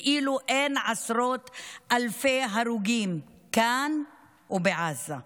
כאילו אין עשרות אלפי הרוגים כאן ובעזה,